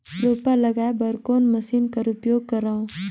रोपा लगाय बर कोन मशीन कर उपयोग करव?